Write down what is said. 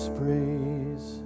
praise